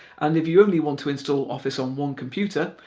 and if you only want to install office on one computer,